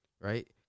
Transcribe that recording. right